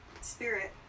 Spirit